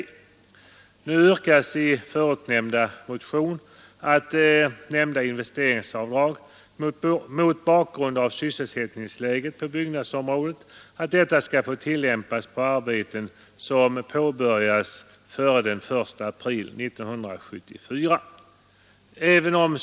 I motionen yrkas att nämnda investeringsavdrag mot bakgrunden av sysselsättningsläget på byggnadsområdet skall få göras på arbeten som påbörjas före den 1 april 1974.